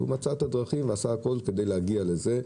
והוא מצא את הדרכים ועשה הכול כדי להגיע לזה,